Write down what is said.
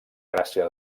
gràcia